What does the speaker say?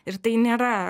ir tai nėra